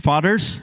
Fathers